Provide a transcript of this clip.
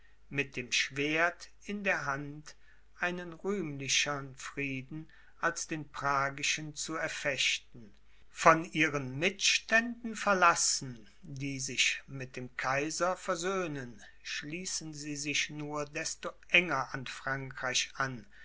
mit dem schwert in der hand einen rühmlichern frieden als den pragischen zu erfechten von ihren mitständen verlassen die sich mit dem kaiser versöhnen schließen sie sich nur desto enger an frankreich an